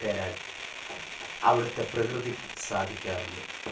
തരാൻ അവിടുത്തെ പ്രകൃതിക്ക് സാധിക്കാറുണ്ട്